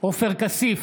עופר כסיף,